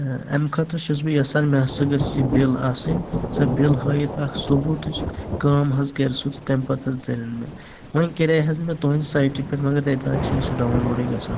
امہِ خٲطرٕ چھُس بہٕ یژھان مےٚ ہسا گٔژھ یہِ بِل آسٕنۍ سۄ بِل ہٲیِتھ اکھ ثوٚبوٗتٕچ کٲم حظ کرِ سُہ تمہِ پتہٕ حظ ترَن مےٚ وۄنۍ کرے حظ مےٚ تُہنٛدِ سایٹہِ پٮ۪ٹھ مگر تتہِ نہٕ حظ چھُ سہُ ڈاوُنلوڈے گژھان